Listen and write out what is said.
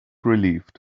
relieved